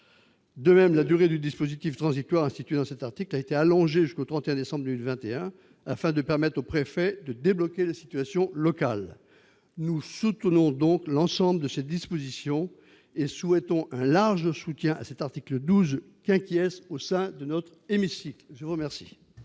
De même, la durée du dispositif transitoire institué dans cet article a été allongée jusqu'au 31 décembre 2021, afin de permettre aux préfets de débloquer la situation locale. Nous soutenons donc l'ensemble de ces dispositions et souhaitons un large soutien à l'article 12 au sein de notre hémicycle ! Très bien